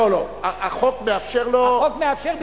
לא, החוק מאפשר לו, החוק מאפשר בתנאי אחד.